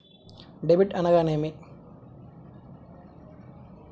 Debit అనగానేమి?